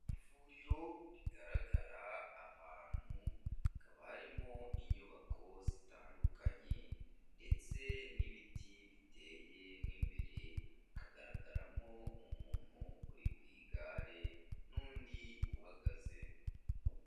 Ivuriro rigaragara ahantu, hakaba harimo inyubako zitandukanye ndetse n'ibiti biteye mo imbere, hakagaragaramo umuntu uri ku igare n'undi uhagaze.